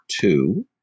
two